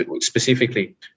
specifically